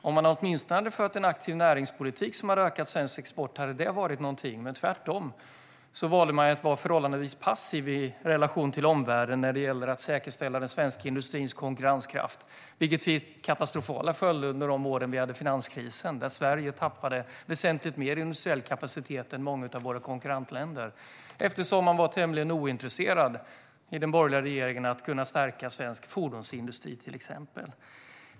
Om man åtminstone hade fört en aktiv näringspolitik som hade ökat svensk export hade det varit bra, men tvärtom valde man att vara förhållandevis passiv i relation till omvärlden för att säkerställa den svenska industrins konkurrenskraft, vilket fick katastrofala följder under finanskrisen. Sverige tappade då väsentligt mer i industriell kapacitet än många av våra konkurrentländer. Man var tämligen ointresserad i den borgerliga regeringen av att stärka till exempel svensk fordonsindustri.